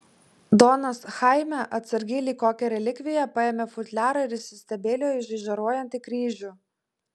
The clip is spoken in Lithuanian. donas chaime atsargiai lyg kokią relikviją paėmė futliarą ir įsistebeilijo į žaižaruojantį kryžių